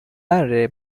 array